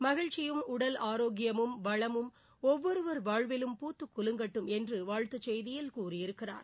மகிழ்ச்சியும் உடல் ஆரோக்கியமும் வளமும் ஒவ்வொருவர் வாழ்விலும் பூத்தக் குலுங்கட்டும் என்று வாழ்த்துச் செய்தியில் கூறியிருக்கிறார்